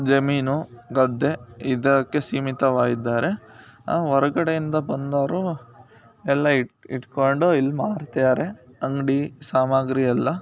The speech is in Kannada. ಜಮೀನು ಗದ್ದೆ ಇದಕ್ಕೆ ಸೀಮಿತವಾಗಿದ್ದಾರೆ ಹೊರ್ಗಡೆಯಿಂದ ಬಂದವರು ಎಲ್ಲ ಇಟ್ಟು ಇಟ್ಕೊಂಡು ಇಲ್ಲ ಮಾರ್ತಿದ್ದಾರೆ ಅಂಗಡಿ ಸಾಮಾಗ್ರಿ ಎಲ್ಲ